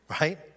right